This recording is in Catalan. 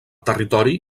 territori